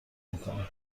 میکنیم